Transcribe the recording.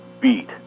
beat